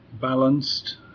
balanced